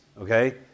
okay